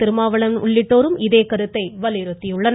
திருமாவளவன் உள்ளிட்டோரும் இதே கருத்தை வலியுறுத்தியுள்ளனர்